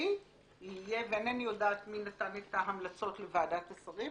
ציבורי יהיה ואינני יודעת מי נתן את ההמלצות לוועדת השרים,